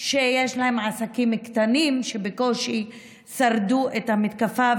שיש להם עסקים קטנים, שבקושי שרדו את המתקפה.